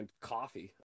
coffee